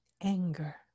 anger